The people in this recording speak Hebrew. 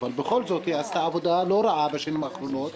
בכל זאת היא עשתה עבודה לא רעה בשנים האחרונות.